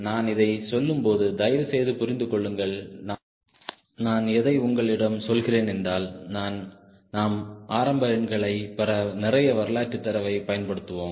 நான் இதை சொல்லும்போது தயவுசெய்து புரிந்துகொள்ளுங்கள் நான் எதை உங்களிடம் சொல்கிறேன் என்றால் நாம் ஆரம்ப எண்களைப் பெற நிறைய வரலாற்றுத் தரவைப் பயன்படுத்துவோம்